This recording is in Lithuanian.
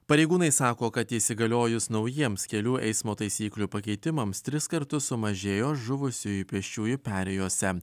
pareigūnai sako kad įsigaliojus naujiems kelių eismo taisyklių pakeitimams tris kartus sumažėjo žuvusiųjų pėsčiųjų perėjose